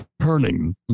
turning